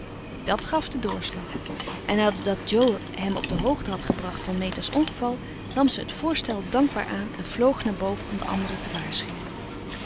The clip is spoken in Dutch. dat gaf den doorslag en nadat jo hem op de hoogte had gebracht van meta's ongeval nam ze het voorstel dankbaar aan en vloog naar boven om de anderen te waarschuwen